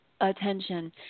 attention